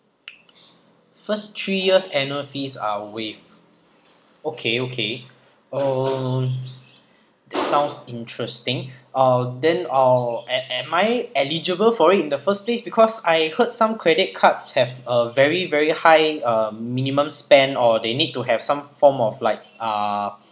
first three years annual fees are waived okay okay mm sounds interesting uh then uh am am I eligible for it in the first place because I heard some credit cards have a very very high uh minimum spend or they need to have some form of like uh